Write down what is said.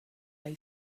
lay